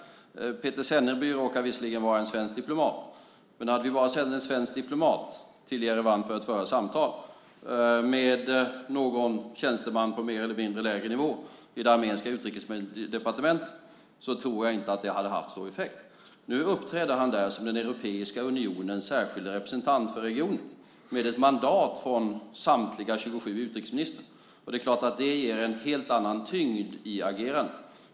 Peter Semneby är visserligen svensk diplomat, men om vi bara hade sänt en svensk diplomat till Jerevan för att föra samtal med någon tjänsteman på mer eller mindre låg nivå i det armeniska utrikesdepartementet tror jag inte att det hade haft så stor effekt. Nu uppträder han som Europeiska unionens särskilda representant för regionen med ett mandat från samtliga 27 utrikesministrar. Det ger naturligtvis en helt annan tyngd i agerandet.